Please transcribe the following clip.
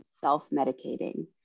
Self-medicating